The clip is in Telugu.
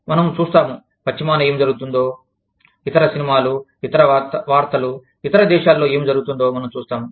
మనం చూస్తాము పశ్చిమాన ఏమి జరుగుతుందో ఇతర సినిమాలు ఇతర వార్తలు ఇతర దేశాలలో ఏమి జరుగుతుందో మనం చూస్తాము